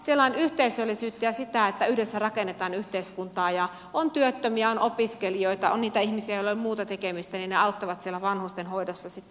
siellä on yhteisöllisyyttä ja sitä että yhdessä rakennetaan yhteiskuntaa ja on työttömiä on opiskelijoita on niitä ihmisiä joilla ei ole muuta tekemistä ja he auttavat siellä vanhustenhoidossa sitten